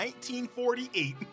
1948